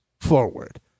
forward